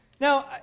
Now